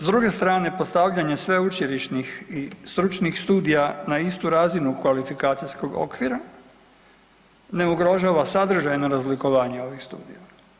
S druge strane, postavljanje sveučilišnih i stručnih studija na istu razinu kvalifikacijskog okvira ne ugrožava sadržajno razlikovanje ovih studija.